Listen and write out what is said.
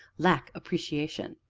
lack appreciation.